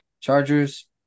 Chargers